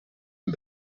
een